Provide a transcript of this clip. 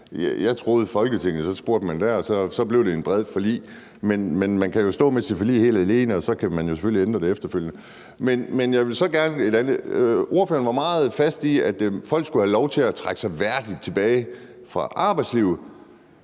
Jeg troede, at man spurgte Folketinget, og så blev der et bredt forlig. Men man kan jo stå med sit forlig helt alene, og så kan man selvfølgelig ændre det efterfølgende. Ordføreren var meget fast i kødet om, at folk skulle have lov til at trække sig tilbage fra arbejdslivet